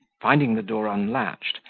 finding the door unlatched,